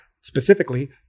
specifically